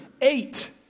eight